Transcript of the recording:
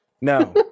no